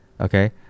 okay